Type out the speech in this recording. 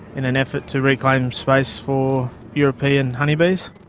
in an effort to reclaim space for european honeybees.